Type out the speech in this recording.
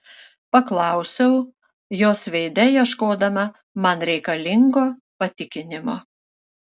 paklausiau jos veide ieškodama man reikalingo patikinimo